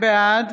בעד